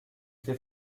fait